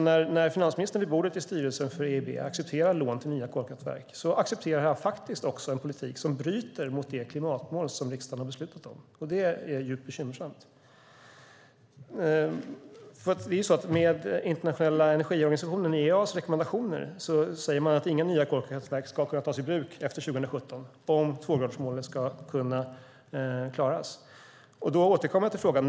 När finansministern vid bordet i styrelsen för EIB accepterar lån till nya kolkraftverk accepterar han faktiskt också en politik som bryter mot det klimatmål som riksdagen har beslutat om. Det är djupt bekymmersamt. I den internationella energiorganisationens EIA:s rekommendationer framgår att inga nya kolkraftverk ska kunna tas i bruk efter 2017 om tvågradersmålet ska klaras.